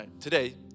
today